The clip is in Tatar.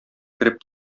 кереп